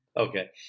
Okay